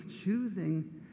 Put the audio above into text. choosing